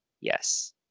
yes